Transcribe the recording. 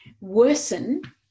worsen